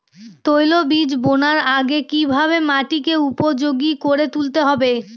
তৈলবীজ বোনার আগে কিভাবে মাটিকে উপযোগী করে তুলতে হবে?